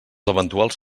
eventuals